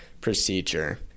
procedure